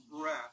breath